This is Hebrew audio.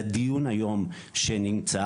לדיון היום שנמצא.